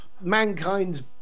mankind's